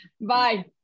Bye